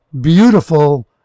beautiful